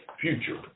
future